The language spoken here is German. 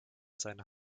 seiner